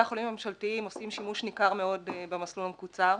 החולים הממשלתיים עושים שימוש ניכר במסלול המקוצר,